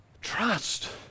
Trust